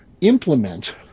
implement